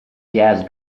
jazz